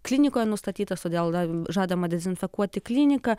klinikoje nustatytas todėl davėm žadama dezinfekuoti kliniką